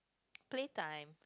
play time